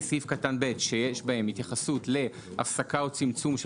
סעיף קטן (ב) שיש בהם התייחסות להפסקה או צמצום של